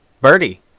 Birdie